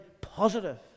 positive